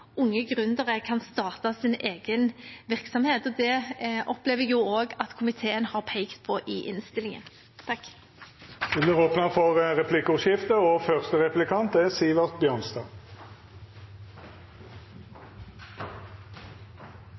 unge gründere kan starte sin egen virksomhet. Det opplever jeg også at komiteen har pekt på i innstillingen. Det vert replikkordskifte. Statsråden har på en utmerket måte redegjort for hvorfor hun ikke er